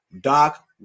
Doc